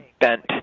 bent